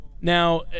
Now